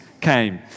came